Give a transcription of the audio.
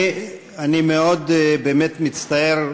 אני באמת מאוד מצטער.